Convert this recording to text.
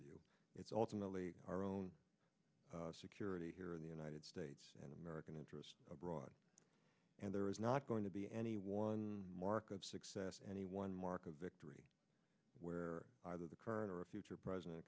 view it's alternately our own security here in the united states and american interests abroad and there is not going to be any one mark of success any one mark of victory where either the current or a future president